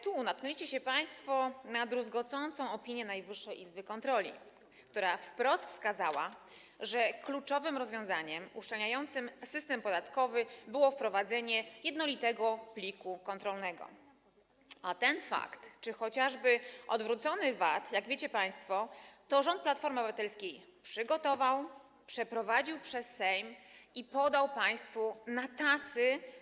Tu natkniecie się państwo na druzgocącą opinię Najwyższej Izby Kontroli, która wprost wskazała, że kluczowym rozwiązaniem uszczelniającym system podatkowy było wprowadzenie jednolitego pliku kontrolnego, a to czy chociażby odwrócony VAT, jak wiecie państwo, rząd Platformy Obywatelskiej przygotował, przeprowadził przez Sejm i podał państwu na tacy.